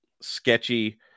sketchy